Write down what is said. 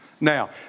Now